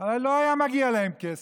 הרי לא היה מגיע להם כסף.